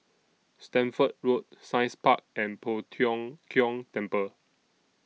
Stamford Road Science Park and Poh Tiong Kiong Temple